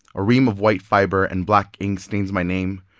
a ream of white fibre and black ink stains my name,